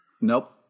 Nope